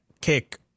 kick